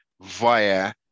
via